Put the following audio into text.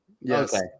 Yes